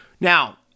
now